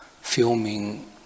filming